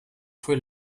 fue